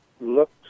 looks